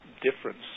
difference